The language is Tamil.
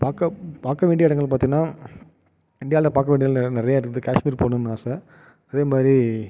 பார்க்க பார்க்க வேண்டிய இடங்கள் பார்த்திங்கன்னா இந்தியாவில் பார்க்க வேண்டிய இடம் நெ நிறைய இருக்குது கேஷ்மீர் போகணும்னு ஆசை அதேமாதிரி